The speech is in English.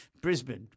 Brisbane